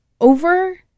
over